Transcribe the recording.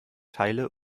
teile